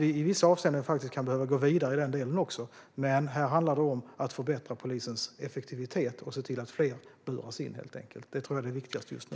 I vissa avseenden behöver vi gå vidare i den delen, men här handlar det om att förbättra polisens effektivitet och se till att fler buras in. Det är det viktigaste just nu.